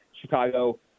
Chicago –